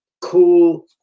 cool